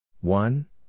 one